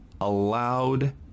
allowed